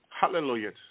Hallelujah